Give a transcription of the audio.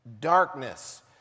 darkness